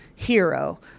hero